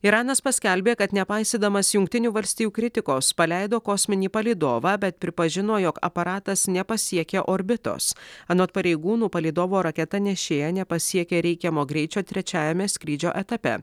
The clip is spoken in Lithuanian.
iranas paskelbė kad nepaisydamas jungtinių valstijų kritikos paleido kosminį palydovą bet pripažino jog aparatas nepasiekė orbitos anot pareigūnų palydovo raketa nešėja nepasiekė reikiamo greičio trečiajame skrydžio etape